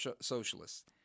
socialists